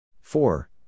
Four